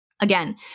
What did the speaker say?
Again